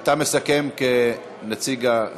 אתה מסכם כנציג, בסדר.